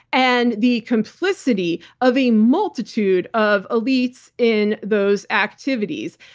and the complicity of a multitude of elites in those activities.